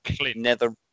Nether